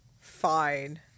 Fine